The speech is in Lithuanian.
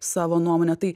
savo nuomonę tai